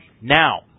Now